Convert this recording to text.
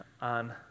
on